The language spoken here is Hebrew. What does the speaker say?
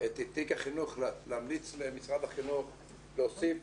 את תיק החינוך להמליץ למשרד החינוך להוסיף